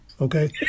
Okay